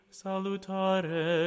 salutare